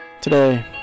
Today